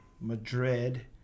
Madrid